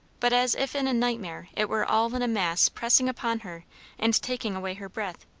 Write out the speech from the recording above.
but as if in a nightmare it were all in mass pressing upon her and taking away her breath.